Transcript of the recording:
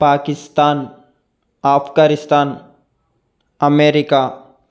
Pakistan Afghanistan America